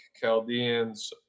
Chaldeans